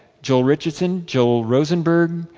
joel richardson, joel rosenberg,